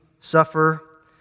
suffer